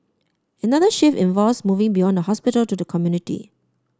another shift involves moving beyond the hospital to the community